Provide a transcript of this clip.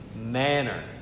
manner